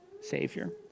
Savior